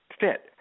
fit